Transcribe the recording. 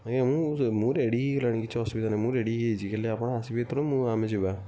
ଆଜ୍ଞା ମୁଁ ମୁଁ ରେଡ଼ି ହୋଇଗଲିଣି କିଛି ଅସୁବିଧା ନାହିଁ ମୁଁ ରେଡ଼ି ହୋଇଯାଇଛି ଖାଲି ଆପଣ ଆସିବେ ଯେତେବେଳେ ମୁଁ ଆମେ ଯିବା